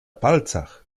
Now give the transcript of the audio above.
palcach